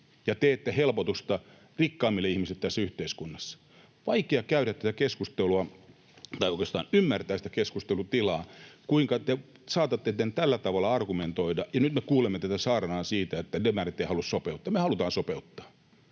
ja teette helpotusta rikkaammille ihmisille tässä yhteiskunnassa. On vaikea käydä tätä keskustelua tai oikeastaan ymmärtää sitä keskustelutilaa, kuinka te saatatte tällä tavalla argumentoida, ja nyt me kuulemme tätä saarnaa siitä, että demarit eivät halua sopeuttaa. Me halutaan sopeuttaa.